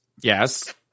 Yes